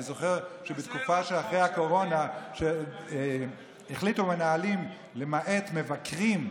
אני זוכר שבתקופה שאחרי הקורונה החליטו מנהלים למעט במבקרים,